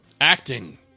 Acting